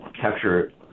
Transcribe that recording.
capture